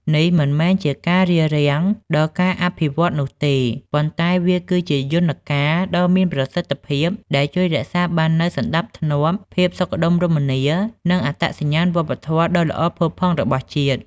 នេះមិនមែនជាការរារាំងដល់ការអភិវឌ្ឍន៍នោះទេ ប៉ុន្តែវាគឺជា យន្តការដ៏មានប្រសិទ្ធភាព ដែលជួយរក្សាបាននូវ សណ្ដាប់ធ្នាប់ ភាពសុខដុមរមនា និងអត្តសញ្ញាណវប្បធម៌ ដ៏ល្អផូរផង់របស់ជាតិ។